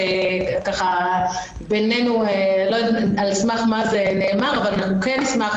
אני לא יודעת על סמך מה זה נאמר אבל כן נשמח,